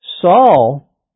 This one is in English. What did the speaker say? Saul